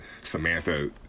Samantha